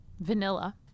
vanilla